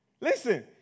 Listen